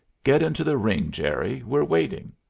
get into the ring, jerry. we're waiting.